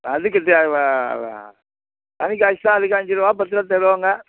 அதுக்குதான் தனிக்காசு தான் அதுக்கு அஞ்சிருபா பத்துருபா செலவாகுங்க